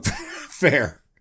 Fair